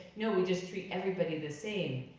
no, we just treat everybody the same.